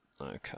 Okay